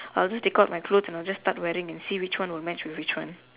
I will just take out my clothes and I will just start wearing and see which one would match with which one